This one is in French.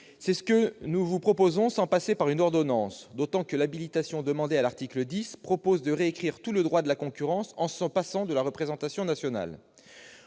C'est ce que nous vous proposons de faire, sans passer par une ordonnance, d'autant que l'habilitation demandée à l'article 10 propose de réécrire tout le droit de la concurrence en se passant de la représentation nationale.